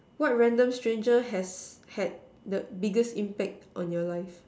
what random strange has had the biggest impact on your life